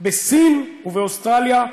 בסין ובאוסטרליה,